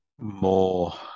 more